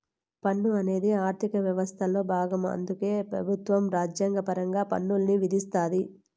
పన్ను అనేది ఆర్థిక యవస్థలో బాగం అందుకే పెబుత్వం రాజ్యాంగపరంగా పన్నుల్ని విధిస్తాది